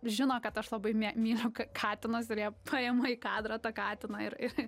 žino kad aš labai mė myliu katinus ir jie paima į kadrą tą katiną ir ir